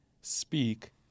speak